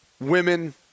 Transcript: women